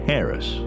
Harris